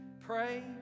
Pray